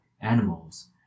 animals